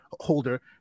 holder